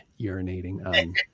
urinating